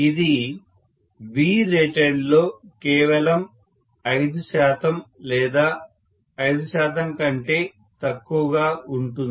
ఇది Vratedలో కేవలం 5 శాతం లేదా 5 శాతం కంటే తక్కువ ఉంటుంది